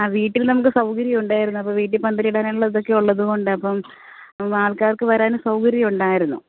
ആ വീട്ടിൽ നമുക്ക് സൗകര്യം ഉണ്ടായിരുന്നു അപ്പോൾ വീട്ടിൽ പന്തലിടാൻ ഉള്ള ഇതൊക്കെ ഉള്ളതുകൊണ്ട് അപ്പം ആൾക്കാർക്ക് വരാനും സൗകര്യം ഉണ്ടായിരുന്നു